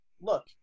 look